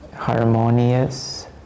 harmonious